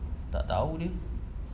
tak tahu leh